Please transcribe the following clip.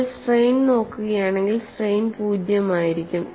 നിങ്ങൾ സ്ട്രെയിൻ നോക്കുകയാണെങ്കിൽസ്ട്രെയിൻ 0 ആയിരിക്കും